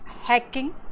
hacking